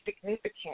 significant